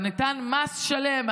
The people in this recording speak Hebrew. ונתן מס שלם,